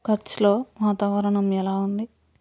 కచ్లో వాతావరణం ఎలా ఉంది